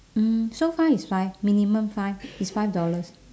mm so far t'is five minimum five it's five dollars